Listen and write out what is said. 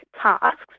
tasks